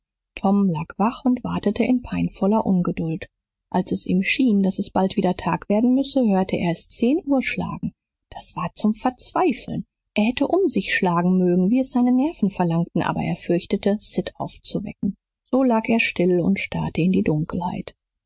tom lag wach und wartete in peinvoller ungeduld als es ihm schien daß es bald wieder tag werden müsse hörte er es zehn uhr schlagen das war zum verzweifeln er hätte um sich schlagen mögen wie es seine nerven verlangten aber er fürchtete sid aufzuwecken so lag er still und starrte in die dunkelheit